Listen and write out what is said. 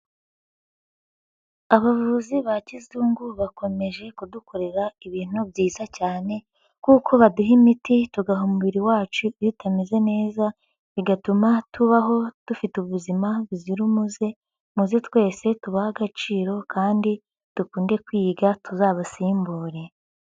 Abavuzi ba kizungu bakomeje kudukorera ibintu byiza cyane kuko baduha imiti tugaha umubiri wacu iyo utameze neza, bigatuma tubaho dufite ubuzima buzira umuze, muze twese tubahe agaciro kandi dukunde kwiga tuzabasimbure.